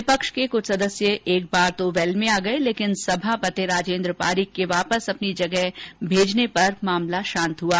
विपक्ष के कुछ सदस्य एक बार तो वैल में आ गये लेकिन सभापति राजेन्द्र पारीक के वापस अपनी जगह भेजने पर मामला शांत हुआ